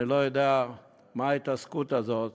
אני לא יודע מה ההתעסקות הזאת